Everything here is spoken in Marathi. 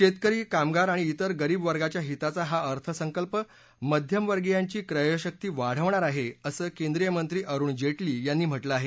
शेतकरी कामगार आणि विर गरीब वर्गाच्या हिताचा हा अर्थसंकल्प मध्यमवर्गीयांची क्रयशक्ती वाढवणार आहे असं केंद्रीय मंत्री अरुण जेटली यांनी म्हटलं आहे